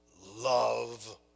love